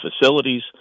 facilities